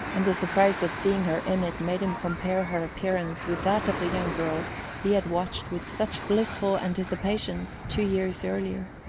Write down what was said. and the surprise of seeing her in it made him compare her appearance with that of the young girl he had watched with such blissful anticipations two years earlier.